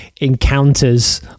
encounters